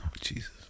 Jesus